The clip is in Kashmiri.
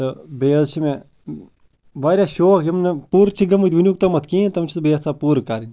تہٕ بیٚیہِ حظ چھِ مےٚ واریاہ شوق یِم مےٚ پوٗرٕ چھِ گٔمٕتۍ وٕنیُک تامَتھ کِہیٖنۍ تٕم چھُس بہٕ یَژھان پوٗرٕ کَرٕنۍ